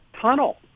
tunnel